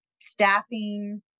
staffing